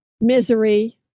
misery